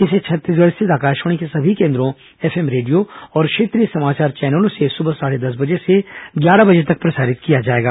इसे छत्तीसगढ़ स्थित आकाशवाणी के सभी केंद्रों एफएम रेडियो और क्षेत्रीय समाचार चैनलों से सबह साढे दस से ग्यारह बजे तक प्रसारित किया जाएगा